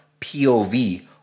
POV